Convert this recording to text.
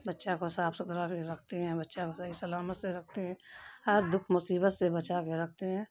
بچہ کو صاف ستھرا بھی رکھتے ہیں بچہ کو صحیح سلامت سے رکھتے ہیں ہر دکھ مصیبت سے بچا کے رکھتے ہیں